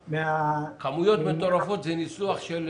כמויות מטורפות זה ניסוח של